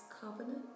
covenant